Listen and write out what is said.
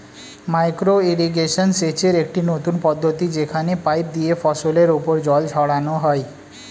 micro irrigation সেচের একটি নতুন পদ্ধতি যেখানে পাইপ দিয়ে ফসলের উপর জল ছড়ানো হয়